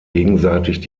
gegenseitig